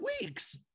weeks